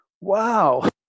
Wow